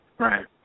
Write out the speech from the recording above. Right